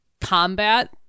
combat